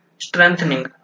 strengthening